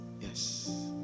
Yes